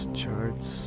charts